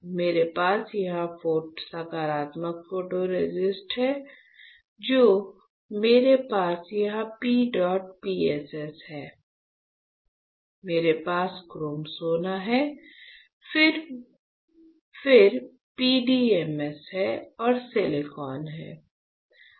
मेरे पास यहां सकारात्मक फोटोरेसिस्ट है तो मेरे पास यहां P डॉट PSS है मेरे पास क्रोम सोना है फिर मेरे पास PDMS है और सिलिकॉन है